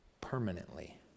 permanently